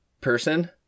person